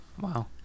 Wow